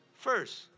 first